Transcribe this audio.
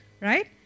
right